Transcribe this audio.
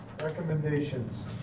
Recommendations